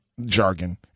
Jargon